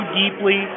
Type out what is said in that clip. deeply